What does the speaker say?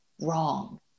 wrong